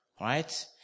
right